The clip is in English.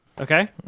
Okay